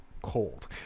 cold